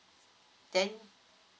then